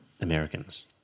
Americans